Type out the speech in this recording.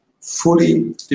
fully